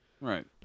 Right